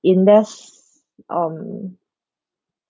in less um